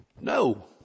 No